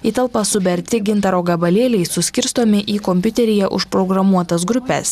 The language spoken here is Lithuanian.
į talpą suberti gintaro gabalėliai suskirstomi į kompiuteryje užprogramuotas grupes